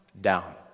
Down